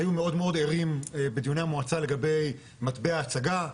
שהיו מאוד מאוד ערים בדיוני המועצה לגבי מטבע ההצגה,